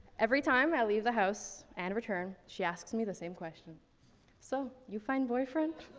every time i leave the house and return, she asks me the same question so, you find boyfriend?